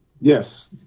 Yes